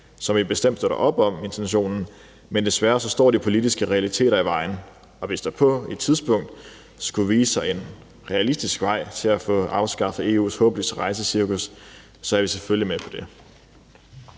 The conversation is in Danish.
vi bestemt op om. Men desværre står de politiske realiteter i vejen. Hvis der på et tidspunkt skulle vise sig en realistisk vej til at få afskaffet EU's håbløse rejsecirkus, er vi selvfølgelig med på det.